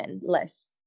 less